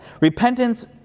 repentance